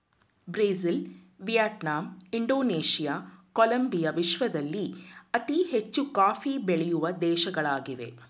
Brazil, Vietnam, Indonesia, Colombia ವಿಶ್ವದಲ್ಲಿ ಅತಿ ಹೆಚ್ಚು ಕಾಫಿ ಬೆಳೆಯೂ ದೇಶಗಳಾಗಿವೆ